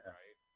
right